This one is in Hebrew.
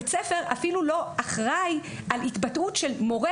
בית הספר אפילו לא אחראי על התבטאות של מורה